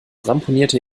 ramponierte